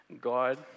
God